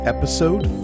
Episode